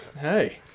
Hey